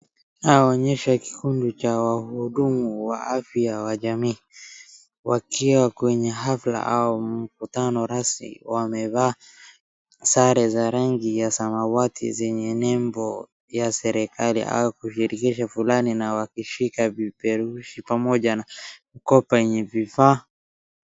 Inaonyesha kikundi cha wahudumu wa afya wajamii, wakiwa kwenye hafla au mkutano rasmi. Wamevaa sare za rangi ya samawati zenye label ya serikali au kushirikisha fulani na wakishika vipeperushi pamoja na kopa yenye vifaa..